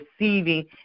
receiving